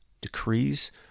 decrees